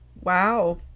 wow